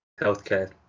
healthcare